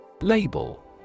Label